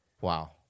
Wow